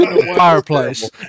Fireplace